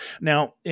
now